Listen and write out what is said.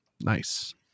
Nice